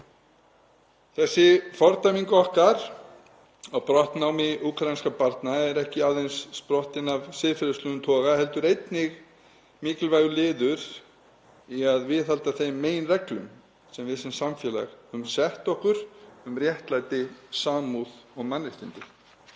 Þessi fordæming okkar á brottnámi úkraínskra barna er ekki aðeins sprottin af siðferðilegum toga heldur er einnig mikilvægur liður í að viðhalda þeim meginreglum sem við sem samfélag höfum sett okkur um réttlæti, samúð og mannréttindi.